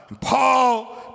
Paul